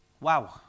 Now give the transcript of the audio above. Wow